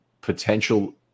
potential